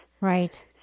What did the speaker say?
Right